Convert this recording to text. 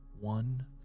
One